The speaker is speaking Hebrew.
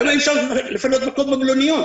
למה אי אפשר לפנות מקום במלוניות?